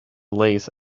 lace